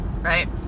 right